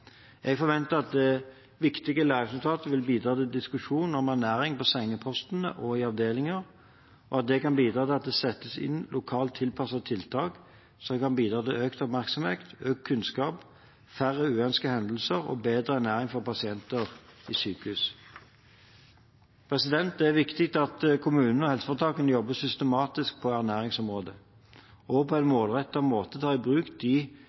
Jeg forventer at dette viktige læringsnotatet vil bidra til diskusjon om ernæring på sengeposter og avdelinger, og at det kan bidra til at det settes inn lokalt tilpassede tiltak som kan bidra til økt oppmerksomhet, økt kunnskap, færre uønskede hendelser og bedre ernæring for pasienter på sykehus. Det er viktig at kommunene og helseforetakene jobber systematisk på ernæringsområdet, og på en målrettet måte tar i bruk